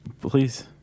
Please